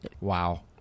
Wow